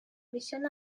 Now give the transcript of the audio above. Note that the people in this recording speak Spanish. visión